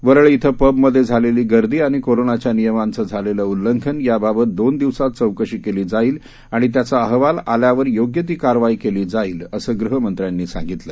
वरळी इथं पबमध्ये झालेली गर्दी आणि कोरोनाच्या नियमांचं झालेलं उल्लंघन याबाबत दोन दिवसांत चौकशी केली जाईल आणि त्याचा अहवाल आल्यावर योग्य ती कारवाई केली जाईल असे गृहमंत्र्यांनी सांगितले